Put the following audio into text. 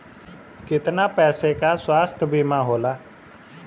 कितना पैसे का स्वास्थ्य बीमा होला?